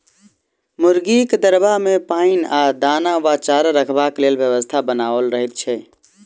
मुर्गीक दरबा मे पाइन आ दाना वा चारा रखबाक लेल व्यवस्था बनाओल रहैत छै